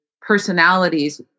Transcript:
personalities